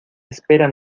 espera